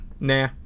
nah